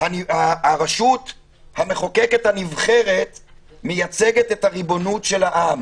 הרשות המחוקקת הנבחרת מייצגת את הריבונות של העם.